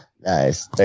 Nice